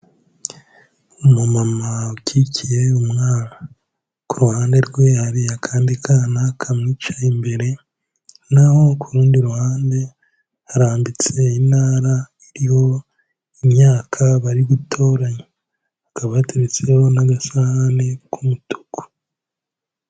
Umumama ukikiye umwana, ku ruhande rwe hari akandi kana kamwicaye imbere, naho ku rundi ruhande harambitse intara iriho imyaka bari gutoranya, hakaba yatetsweho n'agasahane k'umutuku.